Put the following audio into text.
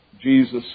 Jesus